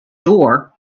door